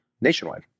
Nationwide